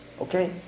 okay